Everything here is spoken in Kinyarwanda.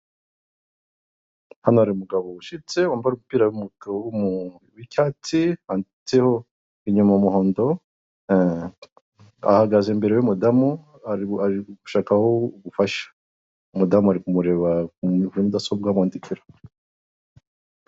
Hano hari umugabo ushyitse wambaye umupira w'icyatsi, handitseho inyuma umuhondo, ahagaze imbere y'umudamu ari kumushakaho ubufasha, umudamu ari kumureba.